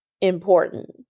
important